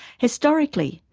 historically,